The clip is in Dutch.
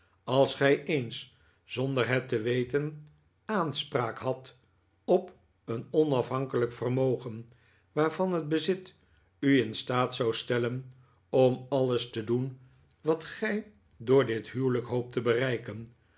als gij eens zonder het te weten aanspraak hadt op een onafhankelijk vermogen waarvan het bezit u in staat zou stellen om alles te doen wat gij door dit huwelijk hoopt te bereiken